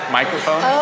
microphone